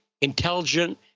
intelligent